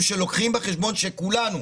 כל זה הוא משום שלוקחים בחשבון שכולנו,